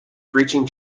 breaching